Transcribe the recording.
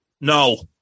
No